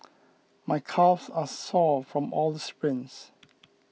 my calves are sore from all the sprints